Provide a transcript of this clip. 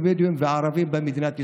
הבדואים והערבים במדינת ישראל,